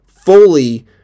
fully